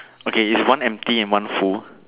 okay is one empty and one full